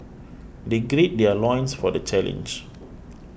they gird their loins for the challenge